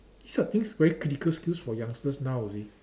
there are things very critical skills for youngsters now you see